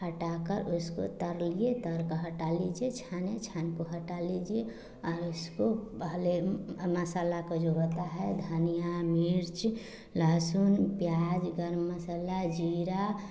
हटाकर उसको तलिए तलकर हटा लीजिए छाने छानकर हटा लीजिए और उसको पहले मसाला को जो होता है धनिया मिर्च लहसून प्याज़ गर्म मसाला ज़ीरा